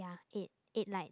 ya eight eight light